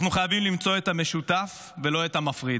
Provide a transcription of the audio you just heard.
דווקא עכשיו אנחנו חייבים למצוא את המשותף ולא את המפריד.